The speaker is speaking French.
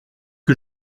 que